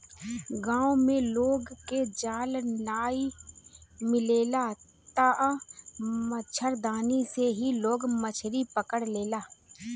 गांव में लोग के जाल नाइ मिलेला तअ मछरदानी से ही लोग मछरी पकड़ लेला